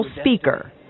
speaker